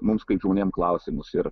mums kaip žmonėm klausimus ir